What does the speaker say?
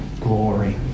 glory